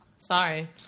Sorry